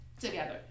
together